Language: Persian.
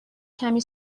کمی